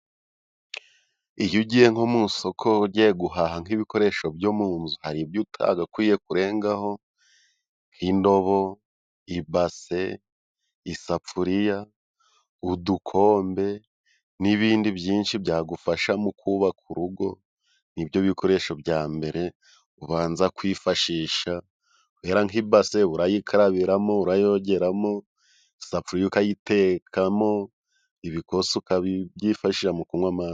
Iyo ugiye nko mu isoko ugiye guhaha nk'ibikoresho byo muzu hari ibyo utagakwiye kurengaho. Nk'indobo, ibase, isafuriya, udukombe n'ibindi byinshi byagufasha mu kubaka urugo. Ni byo bikoresho bya mbere ubanza kwifashisha, kubera ko nk'ibase uyikarabiramo, uyogeramo, isafuriya ukayitekamo, ibikosi ukabyifasha mu kunywa amazi.